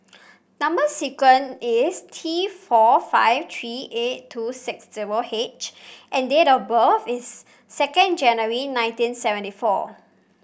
number sequence is T four five three eight two six zero H and date of birth is second January nineteen seventy four